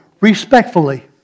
Respectfully